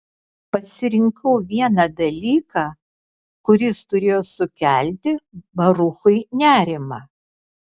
pasirinkau vieną dalyką kuris turėjo sukelti baruchui nerimą